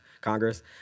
Congress